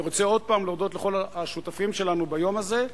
אני רוצה עוד פעם להודות לכל השותפים שלנו ביום הזה,